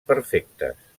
perfectes